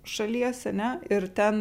šalies ane ir ten